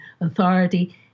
authority